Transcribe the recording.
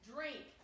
Drink